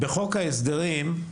בחוק ההסדרים,